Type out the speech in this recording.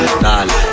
dale